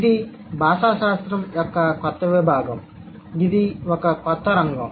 ఇది భాషాశాస్త్రం యొక్క కొత్త విభాగం ఇది యువ రంగం